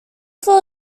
floor